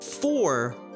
Four